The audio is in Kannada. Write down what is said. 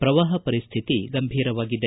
ಪ್ರವಾಪ ಪರಿಸ್ತಿತಿ ಗಂಭೀರವಾಗಿದೆ